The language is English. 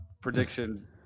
prediction